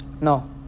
No